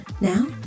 Now